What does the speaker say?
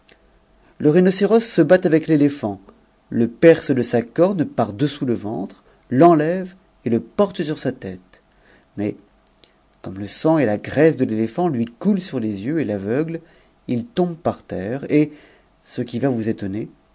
le rhinocéros se bat avec l'cippm le perce de sa corne par-dessous le ventre l'enlève et le porte sur tête mais comme c sang et la graisse de l'éléphant lui coûtent st yeux et l'aveuglent il tombe par terre et ce qui va vous étonnt'r